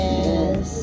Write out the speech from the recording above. Yes